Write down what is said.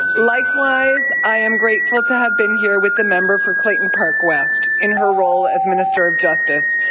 likewise, i am grateful to have been here with the member for clayton park west in her role as minister of justice.